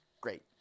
great